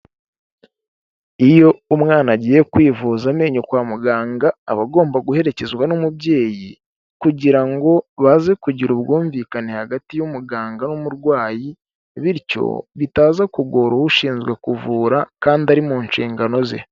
Iyo umwana agiye kwivuza amenyo kwa muganga, aba agomba guherekezwa n'umubyeyi kugira ngo baze kugira ubwumvikane hagati y'umuganga n'umurwayi, bityo bitaza kugora ushinzwe kuvura kandi ari mu nshingano ze.